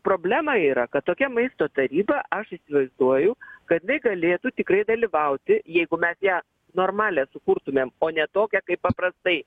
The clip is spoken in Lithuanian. problema yra kad tokia maisto taryba aš įsivaizduoju kad jinai galėtų tikrai dalyvauti jeigu mes ją normalią sukurtumėm o ne tokią kaip paprastai